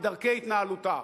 בדרכי התנהלותה,